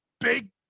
big